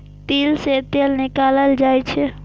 तिल सं तेल निकालल जाइ छै